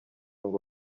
byose